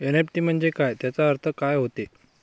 NEFT म्हंजे काय, त्याचा अर्थ काय होते?